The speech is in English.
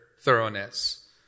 thoroughness